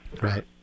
Right